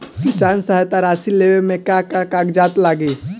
किसान सहायता राशि लेवे में का का कागजात लागी?